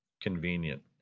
convenient